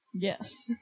Yes